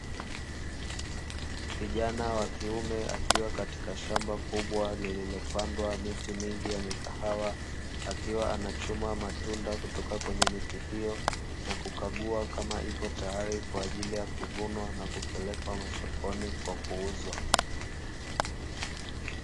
Kijana wa kiume akiwa katika shamba kubwa lilio pandwa miti mingi ya mikahawa, akiwa anachuma matunda kutoka kwenye miti hiyo na kukagua kama iko tayari kwa ajiri ya kuvunwa na kupelekwa masokoni kwa kuuzwa.